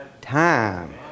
time